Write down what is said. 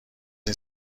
این